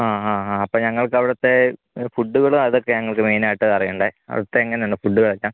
ആ ആ ആ അപ്പം ഞങ്ങൾക്കവിടുത്തെ ഫുഡുകളും അതൊക്കെയാണ് ഞങ്ങൾക്ക് മെയിനായിട്ട് അറിയണ്ടത് അവിടുത്തെ എങ്ങനുണ്ട് ഫുഡുകളെല്ലാം